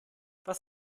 was